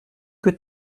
que